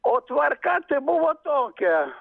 o tvarka tai buvo tokia